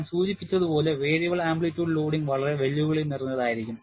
ഞാൻ സൂചിപ്പിച്ചതുപോലെ variable amplitude loading വളരെ വെല്ലുവിളി നിറഞ്ഞതായിരിക്കും